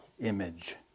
image